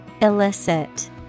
Illicit